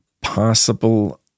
possible